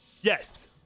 Yes